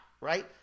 right